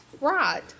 Right